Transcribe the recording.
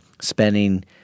spending